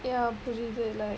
ya புரிது:purithu like